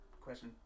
question